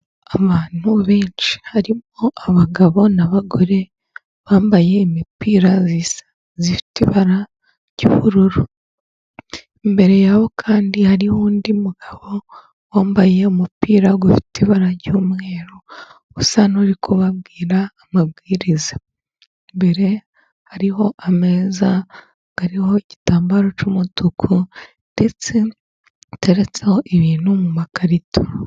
Abantu benshi harimo abagabo n'abagore bambaye imipira isa ifite ibara ry'ubururu, imbere yabo kandi hariho undi mugabo wambaye umupira ufite ibara ry'umweru, usa n'uri kubabwira amabwiriza, imbere hariho ameza ariho igitambaro cy'umutuku ndetse uteretseho ibintu mu makarito.